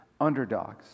underdogs